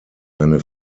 eine